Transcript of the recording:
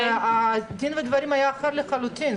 מצב הדברים היה אחר לחלוטין.